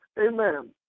Amen